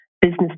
business